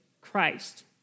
Christ